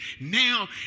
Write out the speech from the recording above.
now